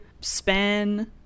span